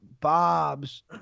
Bob's